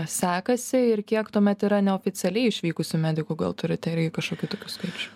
sekasi ir kiek tuomet yra neoficialiai išvykusių medikų gal turite irgi kažkokių tokių skaičių